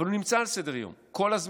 אבל הוא נמצא על סדר-היום כל הזמן.